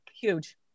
huge